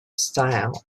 style